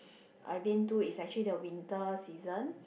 I been to is actually the winter season